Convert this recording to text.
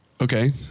Okay